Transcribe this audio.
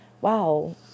Wow